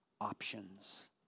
options